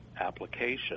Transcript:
application